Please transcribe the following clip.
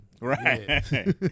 Right